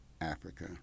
Africa